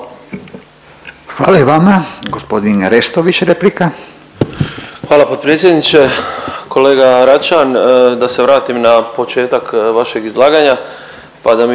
Hvala i vama. Gospodin Restović, replika. **Restović, Tonči (SDP)** Hvala potpredsjedniče. Kolega Račan da se vratim na početak vašeg izlaganja, pa da mi